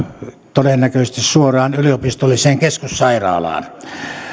todennäköisesti suoraan yliopistolliseen keskussairaalaan